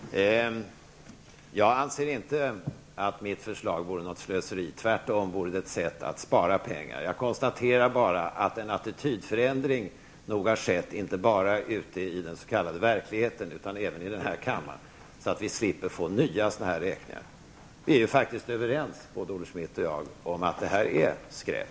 Herr talman! Jag anser inte att mitt förslag vore något slöseri. Tvärtom vore det ett sätt att spara pengar. Jag konstaterar bara att en attitydförändring nog har skett, inte bara ute i den s.k. verkligheten, utan även i den här kammaren, så att vi slipper få nya sådana här räkningar. Vi är faktiskt överens, Olle Schmidt och jag, om att detta är skräp.